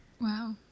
Wow